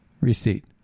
receipt